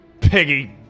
piggy